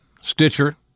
stitcher